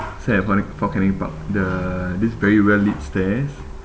set at fo~ fort canning park the this very well lit stairs